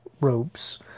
ropes